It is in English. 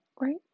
right